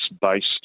based